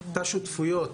תא שותפויות